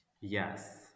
Yes